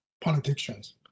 politicians